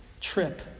trip